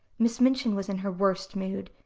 miss minchin was in her worst mood.